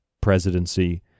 presidency